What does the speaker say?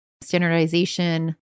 standardization